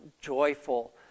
joyful